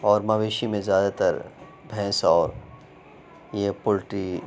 اور مویشی میں زیادہ تر بھینس اور یہ پولٹری